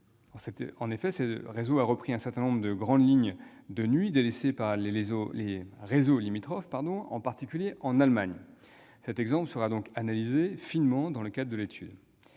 En effet, ce réseau a repris un certain nombre de lignes de nuit délaissées par les réseaux limitrophes, en particulier en Allemagne. Cet exemple sera donc analysé finement dans le cadre de l'étude.